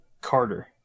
Carter